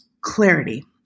clarity